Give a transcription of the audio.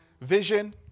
Vision